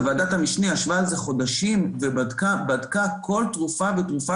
ועדת המשנה ישבה על זה חודשים ובדקה כל תרופה ותרופה